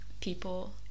people